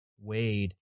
Wade